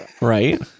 right